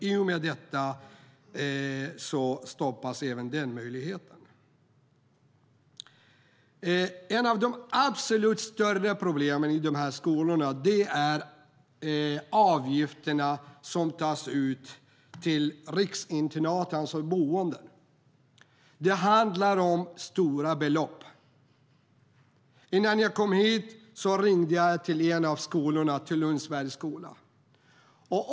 I och med detta stoppas även den möjligheten. Ett av de absolut största problemen i de här skolorna är avgifterna som tas ut till riksinternaten, alltså boendet. Det handlar om stora belopp. Innan jag kom hit ringde jag till Lundsberg, som är en av skolorna.